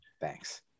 Thanks